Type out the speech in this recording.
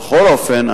בכל אופן,